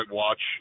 watch